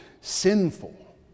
sinful